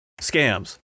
scams